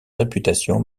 réputation